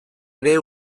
ere